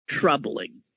troubling